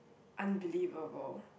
unbelievable